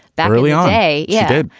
that really? okay. yeah.